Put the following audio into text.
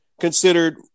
considered